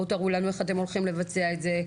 בואו תראו לנו איך אתם הולכים לבצע את זה.